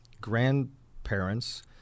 grandparents